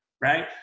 right